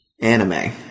Anime